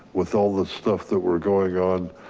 with all the stuff that were going on.